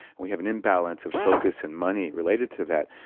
we have an imbalance of focus and money related to that.